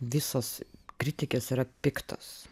visos kritikės yra piktos